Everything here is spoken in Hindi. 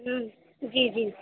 जी जी